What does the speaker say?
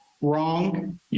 wrong